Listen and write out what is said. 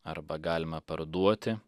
arba galima parduoti